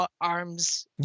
arms